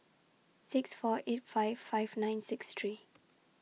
six four eight five five nine six three